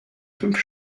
fünf